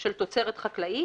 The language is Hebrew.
של תוצרת חקלאית",